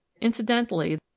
incidentally